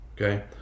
Okay